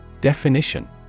Definition